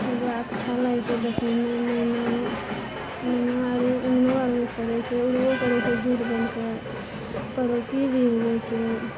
सुगा अच्छा लागै छै देखैमे मैना मैना आरो अङ्गनो आरमे चरै छै उड़बो करै छै जूट बान्हि कऽ पौड़की भी होइ छै